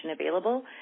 available